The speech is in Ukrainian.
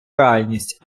реальність